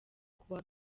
kuwa